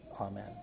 Amen